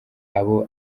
abo